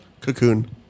Cocoon